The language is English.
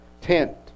tent